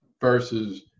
versus